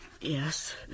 Yes